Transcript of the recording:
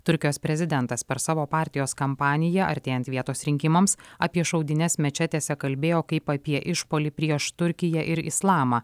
turkijos prezidentas per savo partijos kampaniją artėjant vietos rinkimams apie šaudynes mečetėse kalbėjo kaip apie išpuolį prieš turkiją ir islamą